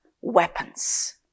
weapons